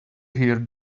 hear